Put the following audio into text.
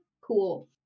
Cool